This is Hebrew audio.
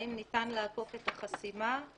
האם ניתן לעקוף את החסימה,